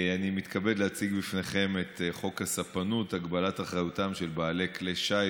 חוק הספנות (הגבלת אחריותם של בעלי כלי שיט),